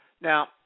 Now